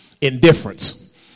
Indifference